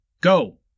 Go